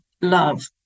love